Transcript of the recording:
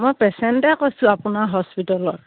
মই পেচেণ্টে কৈছোঁ আপোনাৰ হস্পিটেলৰ